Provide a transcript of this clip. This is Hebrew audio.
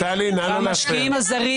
והמשקיעים הזרים,